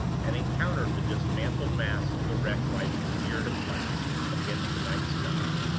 and encountered the dismantled masts of the wreck rising weird and black against the night sky.